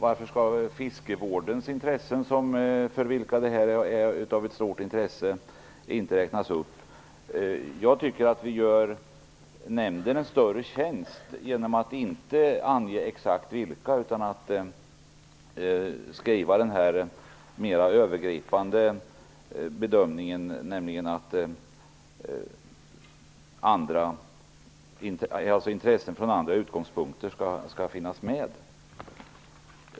Varför skall inte fiskevården, för vilken detta är av stort intresse, räknas upp? Jag tycker att vi gör nämnden en större tjänst genom att inte exakt ange vilka som skall vara med. Vi gör en mer övergripande bedömning, nämligen att även intressen med andra utgångspunkter skall finnas med.